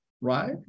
right